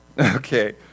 Okay